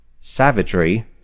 savagery